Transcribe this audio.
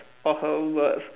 or her own words